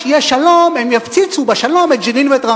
כשיהיה שלום,